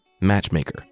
Matchmaker